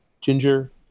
ginger